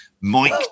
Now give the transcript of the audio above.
Mike